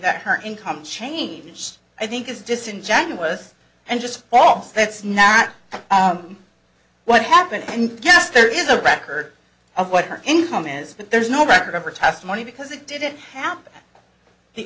that her income changed i think is disingenuous and just all that's not what happened and yes there is a record of what her income is but there's no record of her testimony because it didn't happen the